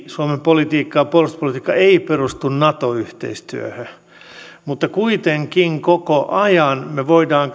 suomen politiikka ja puolustuspolitiikka eivät perustu nato yhteistyöhön mutta kuitenkin koko ajan me voimme